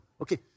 Okay